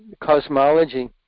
cosmology